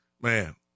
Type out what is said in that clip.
man